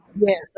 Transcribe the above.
Yes